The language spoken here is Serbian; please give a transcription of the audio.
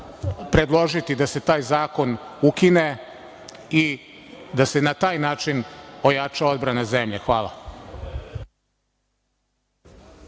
predložiti da se taj zakon ukine i da se na taj način ojača odbrana zemlje. Hvala.